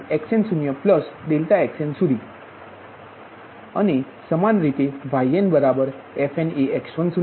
xn0∆xnસુધી અને સમાન રીતે yn બરાબર fnએ x10∆x1 x20∆x2